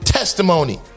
testimony